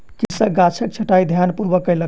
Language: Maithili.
कृषक गाछक छंटाई ध्यानपूर्वक कयलक